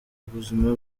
ubuzima